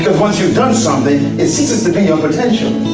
once you've done something, it ceases to be your potential.